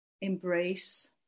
embrace